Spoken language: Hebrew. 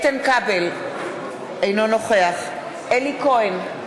אינו נוכח אלי כהן,